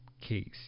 case